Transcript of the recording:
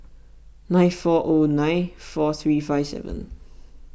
nine four zero nine four three five seven